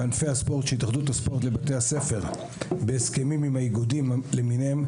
בענפי הספורט של התאחדות הספורט לבתי הספר בהסכמים עם האיגודים למיניהם.